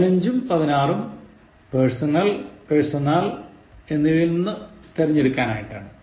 പതിനഞ്ചും പതിനാറും personal personal എന്നിവയിൽ നിന്ന് തിരഞ്ഞെടുക്കനാണ്